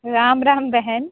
राम राम बहन